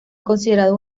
considerado